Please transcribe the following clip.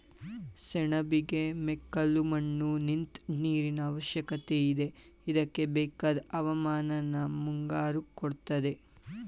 ಸೆಣಬಿಗೆ ಮೆಕ್ಕಲುಮಣ್ಣು ನಿಂತ್ ನೀರಿನಅವಶ್ಯಕತೆಯಿದೆ ಇದ್ಕೆಬೇಕಾದ್ ಹವಾಮಾನನ ಮುಂಗಾರು ಕೊಡ್ತದೆ